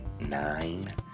nine